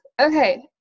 Okay